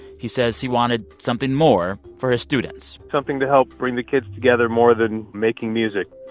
he says he wanted something more for his students something to help bring the kids together more than making music.